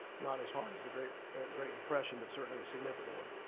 not as hard as the great great depression, but certainly a significant one.